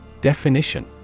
Definition